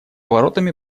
воротами